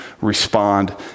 respond